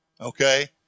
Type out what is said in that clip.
okay